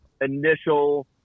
initial